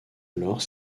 alors